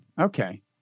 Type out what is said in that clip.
Okay